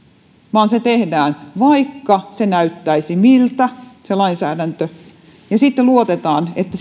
vaan vaikka näyttäisi miltä se lainsäädäntö niin luotetaan että